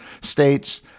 states